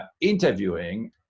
interviewing